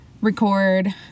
record